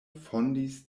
fondis